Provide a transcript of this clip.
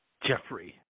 Jeffrey